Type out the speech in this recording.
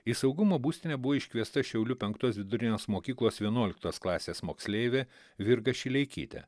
į saugumo būstinę buvo iškviesta šiaulių penktos vidurinės mokyklos vienuoliktos klasės moksleivė virga šileikytė